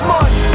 Money